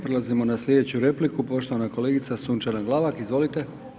Prelazimo na slijedeću repliku, poštovana kolegica Sunčana Glavak, izvolite.